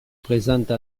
présente